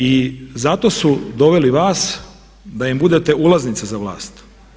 I zato su doveli vas da im budete ulaznica za vlast.